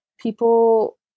people